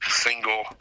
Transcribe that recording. single